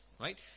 Right